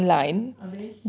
habis